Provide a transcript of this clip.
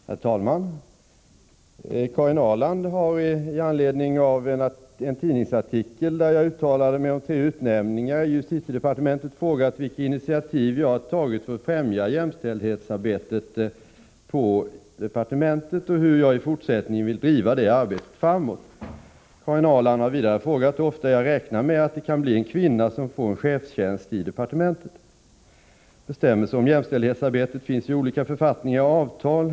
Herr talman! Karin Ahrland har i anledning av en tidningsartikel där jag uttalade mig om tre utnämningar i justitiedepartementet frågat vilka initiativ jag har tagit för att främja jämställdhetsarbetet på justitiedepartementet och hur jag i fortsättningen vill driva detta arbete framåt. Karin Ahrland har vidare frågat hur ofta jag räknar med att det kan bli en kvinna som får en chefstjänst i departementet. Bestämmelser om jämställdhetsarbetet finns i olika författningar och avtal.